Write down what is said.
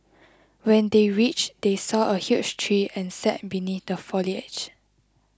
when they reached they saw a huge tree and sat beneath the foliage